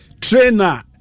trainer